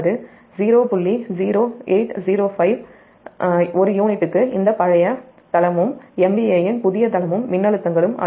0805 ஒரு யூனிட்டுக்கு உங்கள் பழைய தளமும் MVA இன் புதிய தளமும் மின்னழுத்தங்களும்